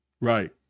Right